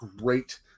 great